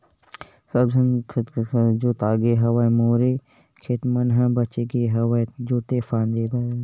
सब झन के खेत खार ह जोतागे हवय मोरे खेत मन ह बचगे हवय जोते फांदे बर